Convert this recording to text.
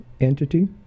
entity